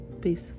Peace